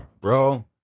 Bro